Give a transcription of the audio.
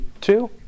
Two